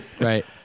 Right